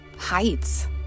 heights